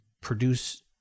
produce